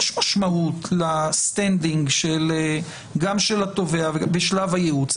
יש משמעות ל-standing גם של התובע בשלב הייעוץ.